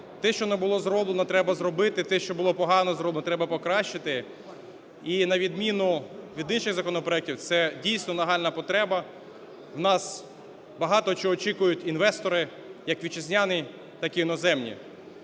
те, що не було зроблено, треба зробити, те, що було погано зроблено, треба покращити. І на відміну від інших законопроектів, це дійсно нагальна потреба. В нас багато чого очікують інвестори як вітчизняні, так і іноземні.